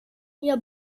jag